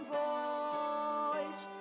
voice